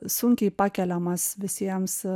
sunkiai pakeliamas visiems